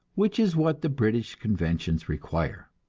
which is what the british conventions require.